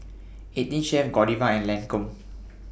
eighteen Chef Godiva and Lancome